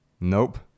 Nope